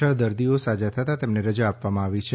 છ દર્દીઓ સાજા થતા તેમને રજા આપવામાં આવી છે